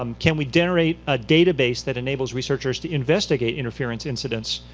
um can we generate a database that enables researchers to investigate interference incidents?